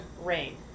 Rain